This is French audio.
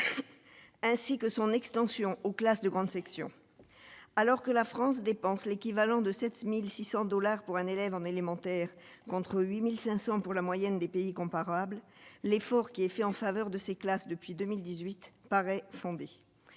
ainsi que son extension aux classes de grande section, alors que la France dépense l'équivalent de 7600 dollars pour un élève en élémentaire, contre 8500 pour la moyenne des pays comparables, l'effort qui est fait en faveur de ces classes depuis 2018 paraît fondée,